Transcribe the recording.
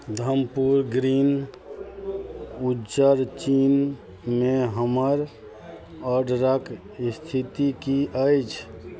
Dhampur green उज्जर चिन्नीमे हमर ऑडरके इस्थिति की अछि